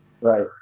Right